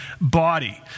body